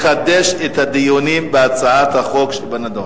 לחדש את הדיונים בהצעת החוק שבנדון.